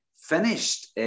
finished